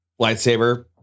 lightsaber